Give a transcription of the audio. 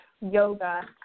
yoga